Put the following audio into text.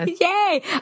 Yay